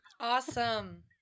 Awesome